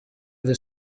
iri